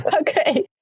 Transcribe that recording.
okay